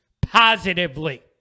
positively